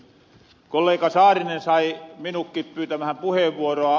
kollega saarinen sai minukkin pyytämähän puheenvuoroa